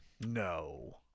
No